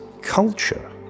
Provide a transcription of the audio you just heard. culture